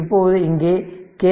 இப்போது இங்கே கே